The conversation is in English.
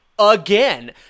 Again